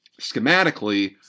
schematically